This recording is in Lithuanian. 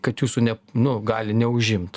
kad jūsų ne nu gali neužimt